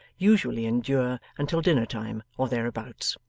usually endure until dinner-time or thereabouts!